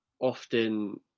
often